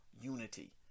unity